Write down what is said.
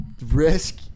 Risk